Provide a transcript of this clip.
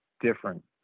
different